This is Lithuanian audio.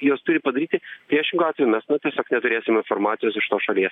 juos turi padaryti priešingu atveju mes nu tiesiog neturėsim informacijos iš tos šalies